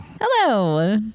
Hello